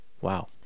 wow